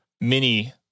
mini